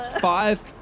five